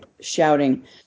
shouting